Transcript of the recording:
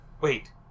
Wait